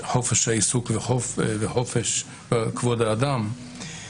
חופש העיסוק וכבוד האדם,